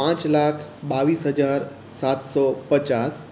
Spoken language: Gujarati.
પાંચ લાખ બાવીસ હજાર સાતસો પચાસ